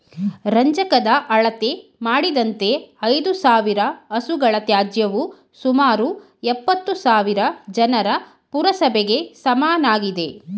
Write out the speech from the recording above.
ರಂಜಕದ ಅಳತೆ ಮಾಡಿದಂತೆ ಐದುಸಾವಿರ ಹಸುಗಳ ತ್ಯಾಜ್ಯವು ಸುಮಾರು ಎಪ್ಪತ್ತುಸಾವಿರ ಜನರ ಪುರಸಭೆಗೆ ಸಮನಾಗಿದೆ